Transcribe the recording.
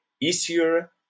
easier